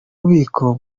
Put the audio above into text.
bubiko